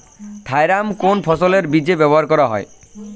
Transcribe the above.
Thiram কোন ফসলের বীজে ব্যবহার করা হয়?